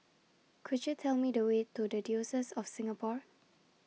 Could YOU Tell Me The Way to The Diocese of Singapore